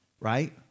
right